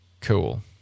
Cool